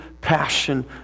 passion